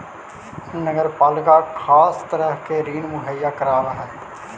नगर पालिका खास तरह के ऋण मुहैया करावऽ हई